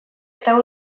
eta